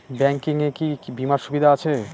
Bank এ কি কী বীমার সুবিধা আছে?